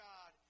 God